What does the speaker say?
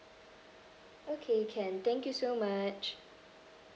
okay can thank you so much